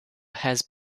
has